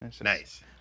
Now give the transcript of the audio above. Nice